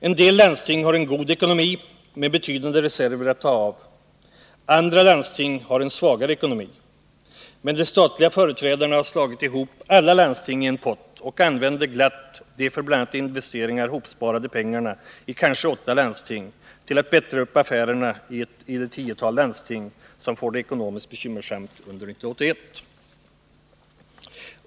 En del landsting har en god ekonomi med betydande reserver att ta av. Andra landsting har en svagare ekonomi. Men de statliga företrädarna har slagit ihop alla landsting i en pott och använder glatt de för bl.a. investeringar hopsparade pengarna i kanske åtta landsting till att bättra upp affärerna i det tiotal landsting som får det ekonomiskt bekymmersamt under 1981.